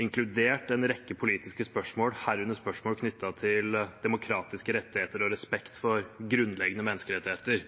inkludert en rekke politiske spørsmål, herunder spørsmål knyttet til demokratiske rettigheter og respekt for grunnleggende menneskerettigheter.